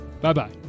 Bye-bye